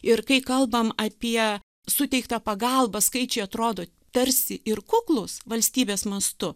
ir kai kalbam apie suteiktą pagalbą skaičiai atrodo tarsi ir kuklūs valstybės mastu